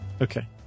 Okay